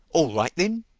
all right then,